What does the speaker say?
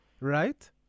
Right